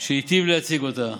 שהיטיב להציג אותה.